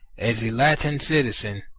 as a latin citizen